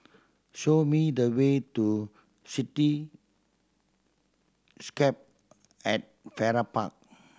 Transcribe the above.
show me the way to Cityscape at Farrer Park